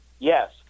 Yes